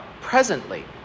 presently